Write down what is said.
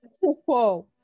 whoa